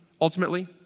ultimately